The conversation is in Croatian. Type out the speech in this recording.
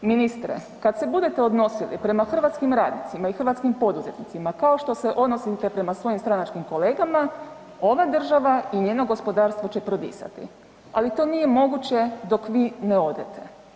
Ministre, kad ste budete odnosili prema hrvatskim radnicima i hrvatskim poduzetnicima kao što se odnosite prema svojim stranačkim kolegama, ova država i njeno gospodarstvo će prodisati ali to nije moguće dok vi ne odete.